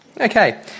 okay